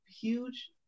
huge